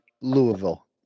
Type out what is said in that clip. Louisville